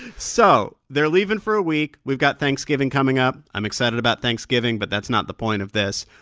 so they're leaving for a week. we've got thanksgiving coming up. i'm excited about thanksgiving, but that's not the point of this.